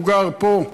הוא גר פה,